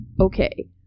Okay